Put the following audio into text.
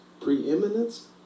preeminence